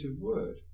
word